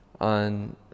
on